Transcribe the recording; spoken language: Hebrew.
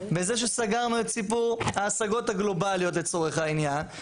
בזה שסגרנו את סיפור ההשגות הגלובליות לצורך העניין,